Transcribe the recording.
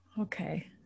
Okay